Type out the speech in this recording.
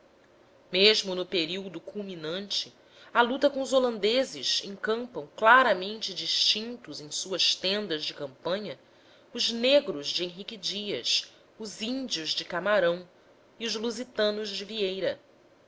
mesmo no período culminante a luta com os holandeses acampam claramente distintos em suas tendas de campanha os negros de henrique dias os índios de camarão e os lusitanos de vieira